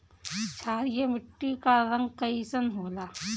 क्षारीय मीट्टी क रंग कइसन होला?